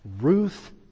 Ruth